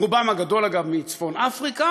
רובם הגדול, אגב, מצפון-אפריקה.